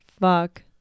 Fuck